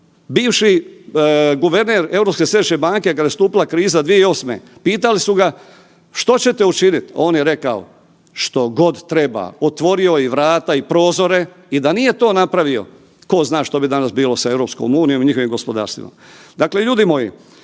središnje banke kad je nastupila kriza 2008. pitali su ga što ćete učinit? On je rekao, što god treba. Otvorio je i vrata i prozore i da nije to napravio ko zna što bi danas bilo sa EU i njihovim gospodarstvima.